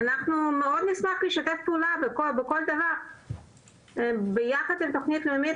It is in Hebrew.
אנחנו מאוד נשמח לשתף פעולה בכל דבר ביחד עם התוכנית הלאומית,